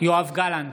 יואב גלנט,